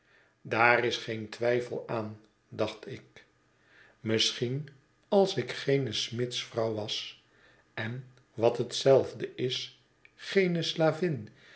daar is geen twijfel aan dacht ik misschien als ik geene smidsvrouw was en wat hetzelfde is geene